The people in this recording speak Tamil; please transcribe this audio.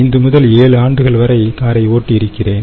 5 முதல் 7 ஆண்டுகள் வரை காரை ஓட்டிஇருக்கிறேன்